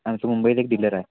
आमचं मुंबईत एक डिलर आहे